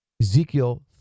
Ezekiel